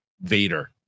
Vader